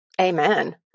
amen